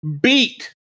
beat